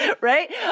right